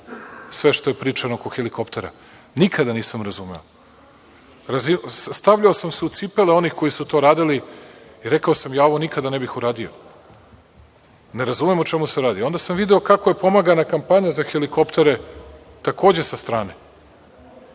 sve što je pričano oko helikoptera. Nikada nisam razumeo. Stavljao sam se u cipele onih koji su to radili i rekao sam – ja ovo nikada ne bih uradio. Ne razumem o čemu se radi. Onda sam video kako je pomagana kampanja za helikoptere takođe sa strane